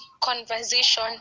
conversation